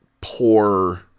poor